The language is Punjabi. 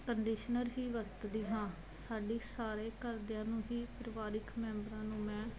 ਕੰਡੀਸ਼ਨਰ ਹੀ ਵਰਤਦੀ ਹਾਂ ਸਾਡੀ ਸਾਰੇ ਘਰਦਿਆਂ ਨੂੰ ਹੀ ਪਰਿਵਾਰਿਕ ਮੈਂਬਰਾਂ ਨੂੰ ਮੈਂ